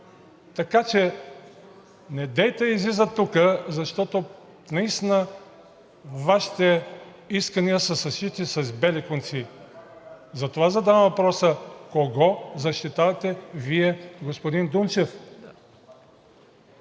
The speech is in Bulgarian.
Така че недейте излиза тук, защото наистина Вашите искания са съшити с бели конци. Затова задавам въпроса: кого защитавате Вие, господин Дунчев?